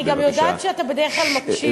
אני גם יודעת שאתה בדרך כלל מקשיב לי.